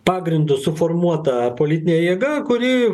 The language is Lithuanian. pagrindu suformuota politinė jėga kuri